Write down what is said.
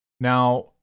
Now